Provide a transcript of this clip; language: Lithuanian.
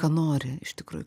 ką nori iš tikrųjų